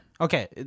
Okay